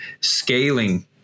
scaling